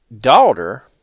daughter